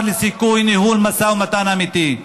לגבי סיכוי לניהול משא ומתן אמיתי.